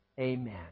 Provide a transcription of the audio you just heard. Amen